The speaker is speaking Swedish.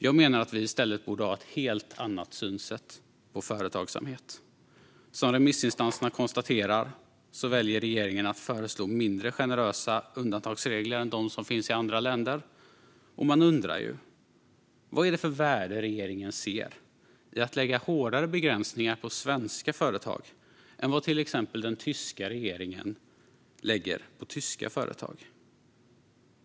Jag menar att vi i stället borde ha ett helt annat synsätt på företagsamhet. Som remissinstanserna konstaterar väljer regeringen att föreslå mindre generösa undantagsregler än de som finns i andra länder. Och man undrar ju vad det är för värde som regeringen ser i att lägga hårdare begränsningar på svenska företag än vad till exempel den tyska regeringen lägger på tyska företag.